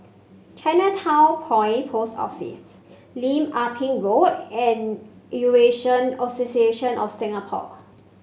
Chinatown Point Post Office Lim Ah Pin Road and Eurasian Association of Singapore